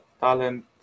talent